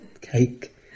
cake